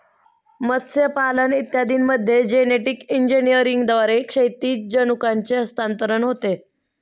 मत्स्यपालन इत्यादींमध्ये जेनेटिक इंजिनिअरिंगद्वारे क्षैतिज जनुकांचे हस्तांतरण होते